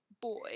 boy